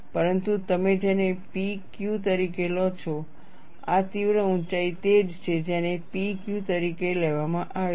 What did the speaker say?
પરંતુ તમે જેને P Q તરીકે લો છો આ તીવ્ર ઊંચાઈ તે જ છે જેને P Q તરીકે લેવામાં આવે છે